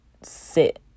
sit